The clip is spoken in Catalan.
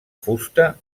fusta